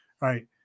Right